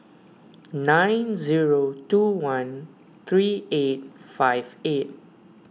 nine zero two one three eight five eight